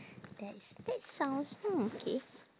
there is that sounds hmm K